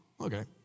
okay